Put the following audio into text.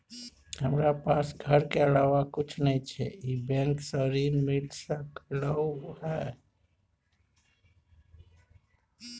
हमरा पास घर के अलावा कुछ नय छै ई बैंक स ऋण मिल सकलउ हैं?